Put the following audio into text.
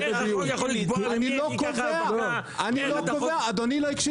אז הוא יכול לקבוע לי ממי אני אקח האבקה?